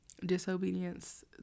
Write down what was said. disobedience